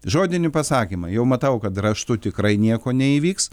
žodinį pasakymą jau matau kad raštu tikrai nieko neįvyks